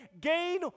gain